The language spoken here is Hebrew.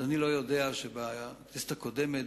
אדוני לא יודע שבכנסת הקודמת,